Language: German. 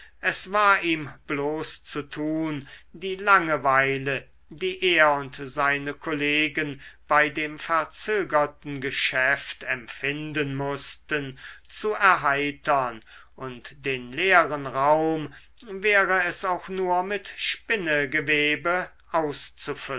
es war ihm bloß zu tun die langeweile die er und seine kollegen bei dem verzögerten geschäft empfinden mußten zu erheitern und den leeren raum wäre es auch nur mit spinnegewebe